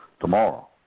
tomorrow